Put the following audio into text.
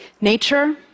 Nature